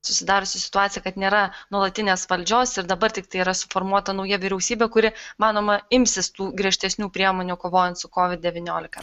susidariusi situacija kad nėra nuolatinės valdžios ir dabar tiktai yra suformuota nauja vyriausybė kuri manoma imsis tų griežtesnių priemonių kovojant su covid devyniolika